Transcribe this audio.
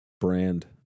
brand